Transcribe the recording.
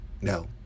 no